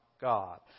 God